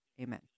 Amen